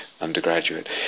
undergraduate